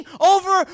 over